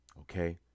okay